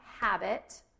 habit